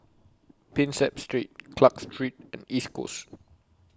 Prinsep Street Clarke Street and East Coast